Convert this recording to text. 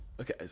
Okay